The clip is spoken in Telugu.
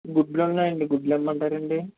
గుడ్లు ఉన్నాయి అండి గుడ్లు ఇమాంటరా అండి